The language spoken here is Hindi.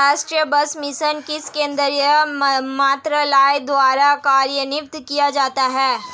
राष्ट्रीय बांस मिशन किस केंद्रीय मंत्रालय द्वारा कार्यान्वित किया जाता है?